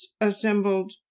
assembled